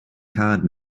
card